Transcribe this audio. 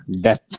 death